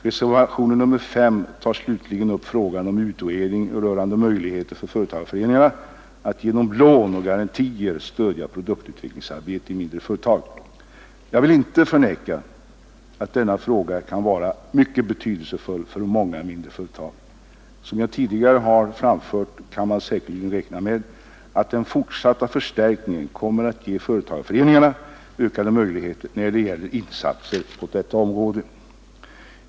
Reservationen 5 tar slutligen upp frågan om en utredning rörande möjligheterna för företagarföreningarna att genom lån och garantier stödja produktutvecklingsarbetet i mindre företag. Jag vill inte förneka att denna fråga kan vara mycket betydelsefull för många mindre företag. Som jag tidigare har framfört kan man säkerligen räkna med att den fortsatta förstärkningen kommer att ge företagarföreningarna ökade möjligheter när det gäller insatser på detta område.